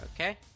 Okay